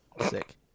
Sick